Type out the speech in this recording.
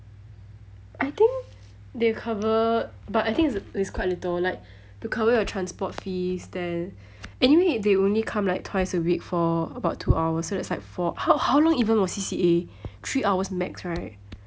I think they cover but I think is it's quite little like to cover your transport fees then anyway if they only come like twice a week for about two hours so that's like four h~ how long even was C_C_A three hours max right